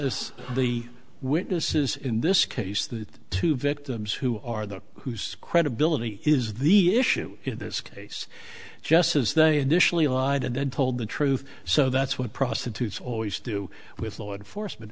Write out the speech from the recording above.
justice the witnesses in this case the two victims who are those whose credibility is the issue in this case just as they initially lied and then told the truth so that's what prostitutes always do with law enforcement